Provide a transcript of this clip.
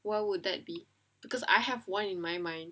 where would that be because I have one in my mind